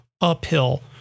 uphill